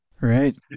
Right